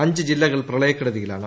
അഞ്ച് ജില്ലകൾ പ്രളയക്കെടുതിയിലാണ്